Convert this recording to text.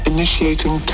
Initiating